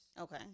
Okay